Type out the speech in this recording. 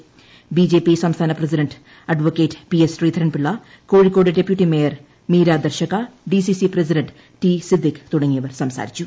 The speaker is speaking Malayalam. ബി ജെ പി സംസ്ഥാന president adv P S Sreedharan Pillai Kozhikode deputy mayor മ്മീരാദർശക D C C president T Siddique തുടങ്ങിയവർ സാ്സാരിച്ചു